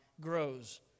grows